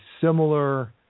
similar